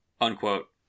Unquote